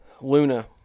Luna